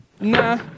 Nah